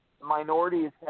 Minorities